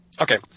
Okay